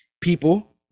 people